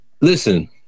listen